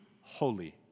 holy